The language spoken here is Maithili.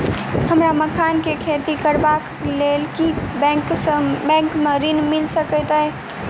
हमरा मखान केँ खेती करबाक केँ लेल की बैंक मै ऋण मिल सकैत अई?